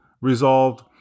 resolved